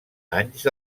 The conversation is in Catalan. anys